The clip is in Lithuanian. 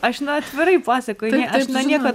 aš na atvirai pasakoju aš niekad